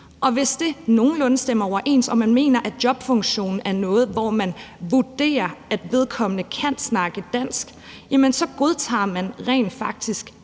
Hvis det nogenlunde stemmer overens og man mener, at jobfunktionen gør, at man vurderer, at vedkommende kan snakke dansk, så godtager man rent faktisk